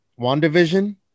Wandavision